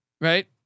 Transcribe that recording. right